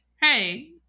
hey